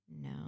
No